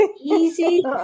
easy